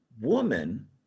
woman